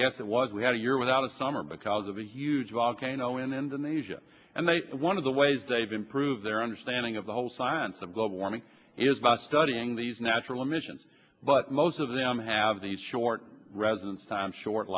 guess it was we had a year without a summer because of a huge volcano in indonesia and they one of the ways they've improved their understanding of the whole science of global warming is by studying these natural emissions but most of them have these short residence time short